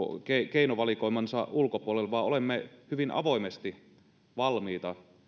keinovalikoimansa ulkopuolelle vaan olemme hyvin avoimesti valmiita